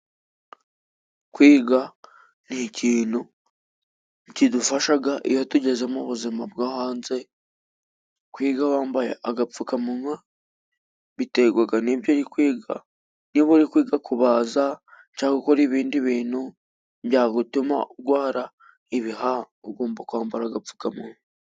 Kwiga ni ikintu kidufashaga iyo tugeze mu buzima bwo hanze. Kwiga wambaye agapfukamunwa biterwaga n'ibyo uri kwiga, niba uri kwiga kubaza cangwa gukora ibindi bintu byatuma urwara ibihaha, ugomba kwambara agapfukamunwa.